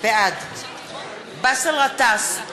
בעד באסל גטאס,